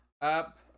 up